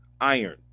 iron